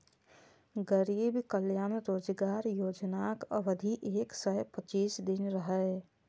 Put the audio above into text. गरीब कल्याण रोजगार योजनाक अवधि एक सय पच्चीस दिन रहै